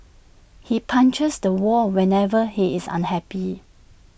he punches the wall whenever he is unhappy